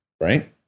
right